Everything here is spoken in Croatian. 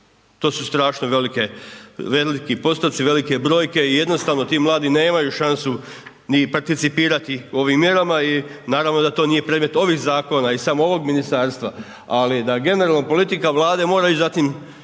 To su strašno veliki postoci, velike brojke i jednostavno ti mladi nemaju šansu ni participirati u ovim mjerama i naravno da to nije predmet ovih zakona i samo ovog ministarstva ali da generalna politika Vlade mora ići za tim